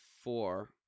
four